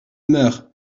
meure